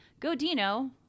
Godino